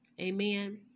Amen